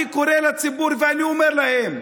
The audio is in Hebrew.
אני קורא לציבור ואני אומר לו: